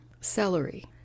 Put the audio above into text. Celery